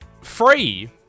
free